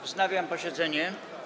Wznawiam posiedzenie.